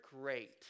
great